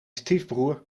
stiefbroer